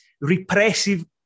repressive